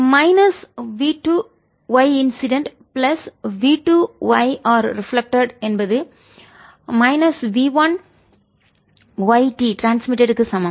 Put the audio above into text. minus கழித்தல் v 2 y incident plus v 2 yR reflected பிரதிபலிப்பது என்பது மைனஸ் v1y T ட்ரான்ஸ்மிட்டட் க்கு சமம்